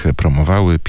promowały